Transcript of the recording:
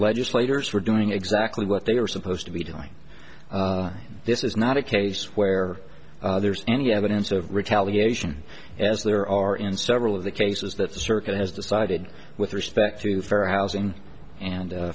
legislators who are doing exactly what they are supposed to be doing this is not a case where there's any evidence of retaliation as there are in several of the cases that the circuit has decided with respect to fair housing and